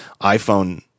iphone